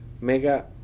mega